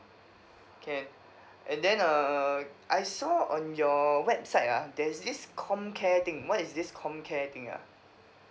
can and then err uh I saw on your website ah there's this comcare thing what is this comcare thing ah